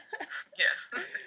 Yes